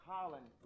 Colin